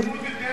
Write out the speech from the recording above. יש אלימות יותר,